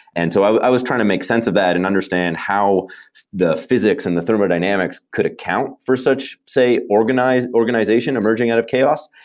and so i was trying to make sense of that and understand how the physics and the thermodynamics could account for such, say, organization organization emerging out of chaos.